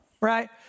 Right